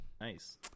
nice